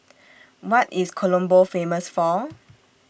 What IS Colombo Famous For